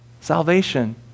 salvation